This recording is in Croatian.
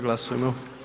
Glasujmo.